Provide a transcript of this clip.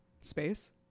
space